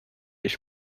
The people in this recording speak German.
ich